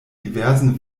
diversen